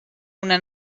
una